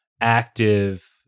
active